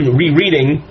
rereading